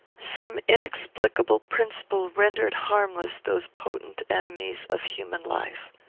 some inexplicable principle rendered harmless those potent enemies of human life.